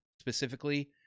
specifically